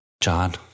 John